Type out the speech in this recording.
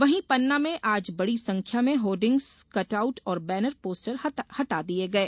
वहीं पन्ना में आज बडी संख्या में होर्डिंग्स कट आउट और बैनर पोस्टर हटा दिये गये